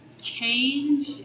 change